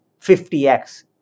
50x